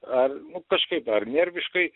ar nu kažkaip ar nerviškai